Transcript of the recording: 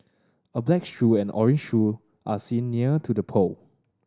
a black shoe and orange shoe are seen near to the pole